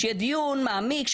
שיהיה דיון מעמיק,